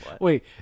Wait